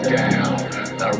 down